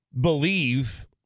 believe